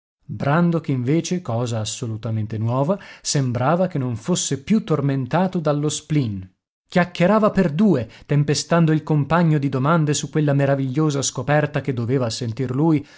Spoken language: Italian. settentrionale brandok invece cosa assolutamente nuova sembrava che non fosse più tormentato dallo spleen chiacchierava per due tempestando il compagno di domande su quella meravigliosa scoperta che doveva a sentir lui